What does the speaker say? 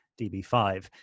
DB5